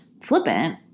flippant